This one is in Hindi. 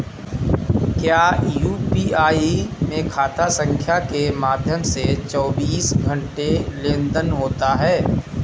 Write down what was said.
क्या यू.पी.आई में खाता संख्या के माध्यम से चौबीस घंटे लेनदन होता है?